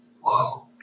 whoa